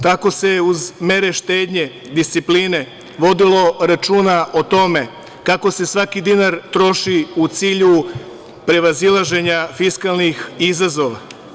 Tako se uz mere štednje i discipline vodilo računa o tome kako se svaki dinar troši u cilju prevazilaženja fiskalnih izazova.